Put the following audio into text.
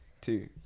two